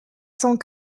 cent